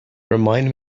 remind